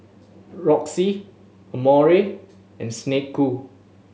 Roxy Amore and Snek Ku